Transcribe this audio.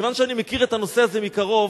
כיוון שאני מכיר את הנושא הזה מקרוב,